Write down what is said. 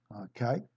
Okay